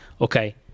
okay